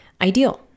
ideal